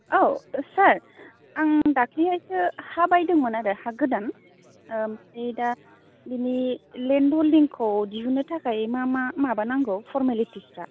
औ सार आं दाख्लिहायसो हा बायदोंमोन आरो हा गोदान ओमफ्राय दा बिनि लेन्ड हल्डिंखौ दिहुननो थाखाय मा मा माबानांगौ फरमेलिटिफ्रा